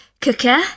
cooker